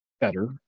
better